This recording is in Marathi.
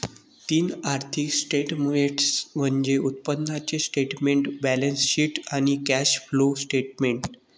तीन आर्थिक स्टेटमेंट्स म्हणजे उत्पन्नाचे स्टेटमेंट, बॅलन्सशीट आणि कॅश फ्लो स्टेटमेंट